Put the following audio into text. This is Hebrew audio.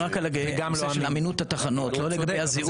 הוא דיבר על נושא אמינות התחנות, לא לגבי הזיהום.